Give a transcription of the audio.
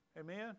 Amen